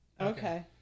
Okay